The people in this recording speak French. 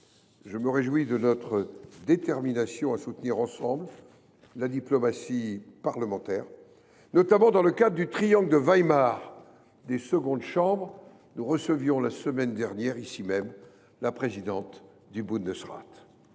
Je me félicite de notre détermination à soutenir ensemble la diplomatie parlementaire, notamment dans le cadre du triangle de Weimar des secondes chambres. Nous recevions d’ailleurs ici même, la semaine dernière, la présidente du Bundesrat.